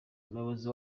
umuyobozi